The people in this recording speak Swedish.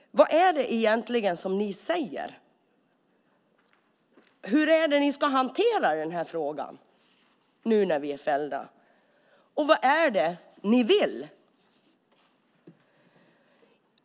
Vad är det ni säger? Hur ska ni hantera frågan nu när Sverige har blivit fällt? Vad är det ni vill?